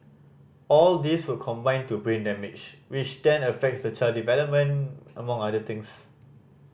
all these would contribute to brain damage which then affect the child development among other things